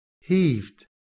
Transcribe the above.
heaved